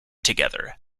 together